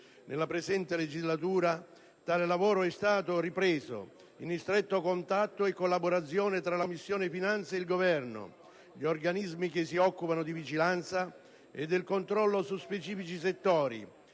Nella presente legislatura tale lavoro è stato ripreso, in stretto contatto e collaborazione tra la Commissione finanze, il Governo e gli organismi che si occupano di vigilanza e del controllo su specifici settori,